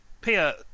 Pia